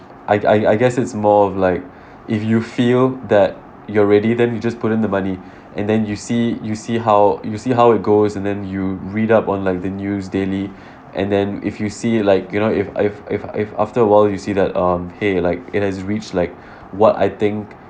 I I I guess it's more of like if you feel that you're ready then you just put in the money and then you see you see how you see how it goes and then you read up on like the news daily and then if you see like you know if if if if after awhile you see that um !hey! like it has reached like what I think